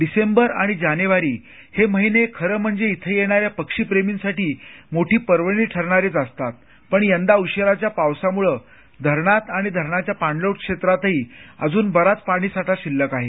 डिसेंबर आणि जानेवारी हे महिने खरं म्हणजे इथं येणाऱ्या पक्षी प्रेमींसाठी मोठी पर्वणी ठरणारे असतात पण यंदा उशिराच्या पावसामुळं धरणांत आणि धरणाच्या पाणलोट क्षेत्रातही अजून बराच पाणी साठा शिल्लक आहे